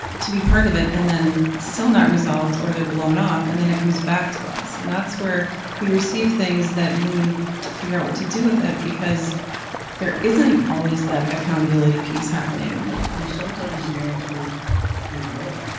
to be part of it and then it's still not resolved or they're blown off. and then it comes back to us. and that's where we receive things that we need to figure out what to do with it because there isn't always that accountability piece happening. ed and sometimes the answer is no.